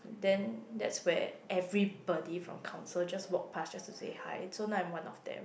then that's where everybody from council just walk pass just to say hi so now I am one of them